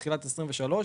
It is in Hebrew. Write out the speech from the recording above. תחילת 2023,